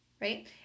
right